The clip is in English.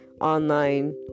online